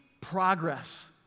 progress